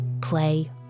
Play